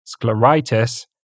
scleritis